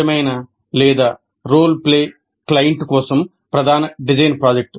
నిజమైన లేదా role play client కోసం ప్రధాన డిజైన్ ప్రాజెక్ట్